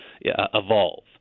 Evolve